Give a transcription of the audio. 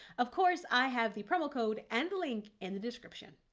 of course i have the promo code and link in the description.